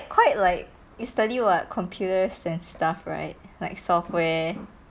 quite like you studied what computers and stuff right like software